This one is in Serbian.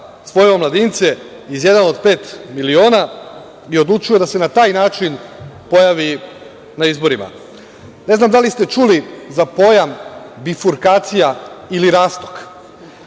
svoje omladince iz „Jedan od pet miliona“ i odlučio da se na taj način pojavi na izborima. Ne znam da li ste čuli za pojam bifurkacija ili rastok.